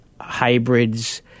hybrids